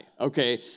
okay